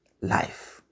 life